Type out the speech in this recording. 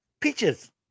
Peaches